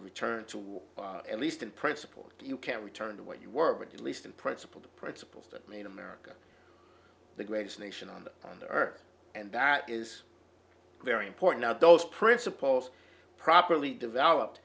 return to what at least in principle you can return to what you worked at least in principle the principles that made america the greatest nation on the on the earth and that is very important how those principles properly developed